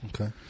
okay